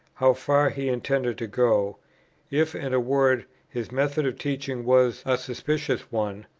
how far he intended to go if, in a word, his method of teaching was a suspicious one,